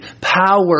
power